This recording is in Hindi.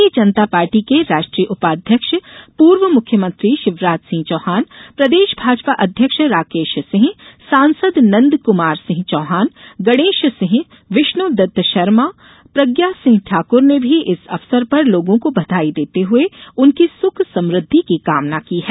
मारतीय जनता पार्टी के राष्ट्रीय उपाध्यक्ष पूर्व मुख्यमंत्री शिवराज सिंह चौहान प्रदेश भाजपा अध्यक्ष राकेश सिंह सांसद नंदकुमार सिंह चौहान गणेश सिंह विष्णुदत्त शर्मा प्रज्ञा सिंह ठाकुर ने भी इस अवसर पर लोगों को बधाई देते हुए उनकी सुख और समृद्धि की कामना की है